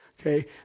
Okay